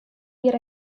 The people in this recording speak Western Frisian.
jier